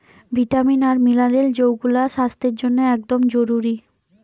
vitamin আর mineral যৌগুলা স্বাস্থ্যের জন্যে একদম জরুরি